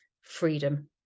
freedom